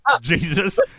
Jesus